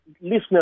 listeners